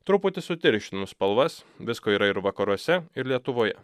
truputį sutirštinu spalvas visko yra ir vakaruose ir lietuvoje